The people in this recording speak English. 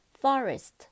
Forest